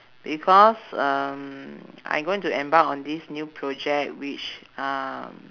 because um I going to embark on this new project which um